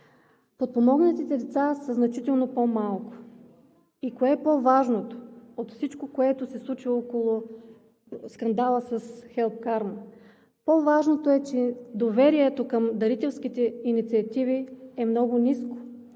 подпомогнатите деца са значително по-малко. Кое е по-важното от всичко, което се случи около скандала с „Хелп Карма“? По-важното е, че доверието към дарителските инициативи е много ниско,